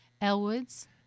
Elwoods